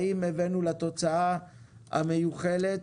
האם הבאנו לתוצאה המיוחלת.